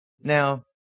Now